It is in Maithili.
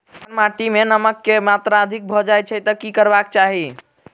जखन माटि मे नमक कऽ मात्रा अधिक भऽ जाय तऽ की करबाक चाहि?